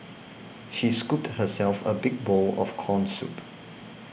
she scooped herself a big bowl of Corn Soup